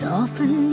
often